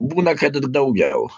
būna kad daugiau